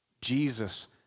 Jesus